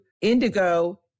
indigo